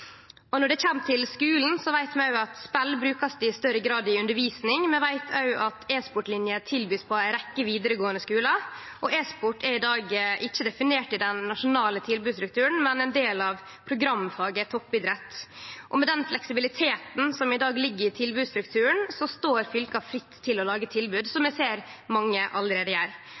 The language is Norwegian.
Når det kjem til skulen, veit vi at spel i stadig større grad blir brukt i undervisning. Vi veit òg at ei rekkje vidaregåande skuler tilbyr e-sportlinje. E-sport er i dag ikkje definert i den nasjonale tilbodsstrukturen, men er ein del av programfaget Toppidrett. Med den fleksibiliteten som i dag ligg i tilbodsstrukturen, står fylka fritt til å lage tilbod, som me ser at mange allereie gjer.